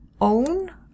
own